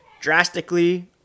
drastically